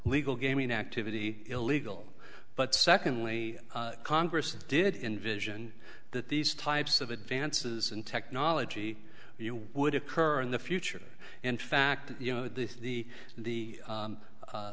legal gaming activity illegal but secondly congress did invision that these types of advances in technology you would occur in the future in fact you know the the